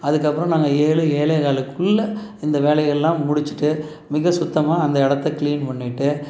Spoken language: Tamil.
அதுக்கப்புறம் நாங்கள் ஏழு ஏழே காலுக்குள்ள இந்த வேலைகள்லாம் முடிச்சுட்டு மிக சுத்தமாக அந்த இடத்த கிளீன் பண்ணிட்டு